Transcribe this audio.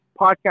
podcast